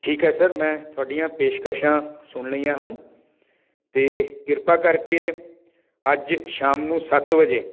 ਠੀਕ ਹੈ ਸਰ ਮੈਂ ਤੁਹਾਡੀਆਂ ਪੇਸ਼ਕਸ਼ਾਂ ਸੁਣ ਲਈਆਂ ਹਨ ਅਤੇ ਕਿਰਪਾ ਕਰਕੇ ਅੱਜ ਸ਼ਾਮ ਨੂੰ ਸੱਤ ਵਜੇ